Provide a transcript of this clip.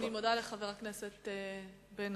אני מודה לחבר הכנסת בן-ארי.